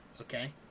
Okay